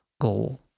goal